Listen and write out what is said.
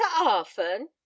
often